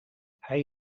hij